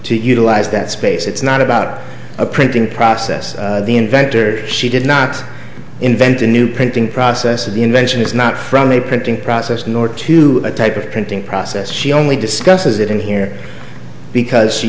to utilize that space it's not about a printing process the inventor she did not invent a new printing process of the invention it's not from a printing process nor to a type of printing process she only discusses it in here because she